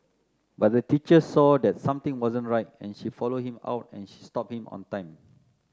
but a teacher saw that something wasn't right and she followed him out and she stopped him on time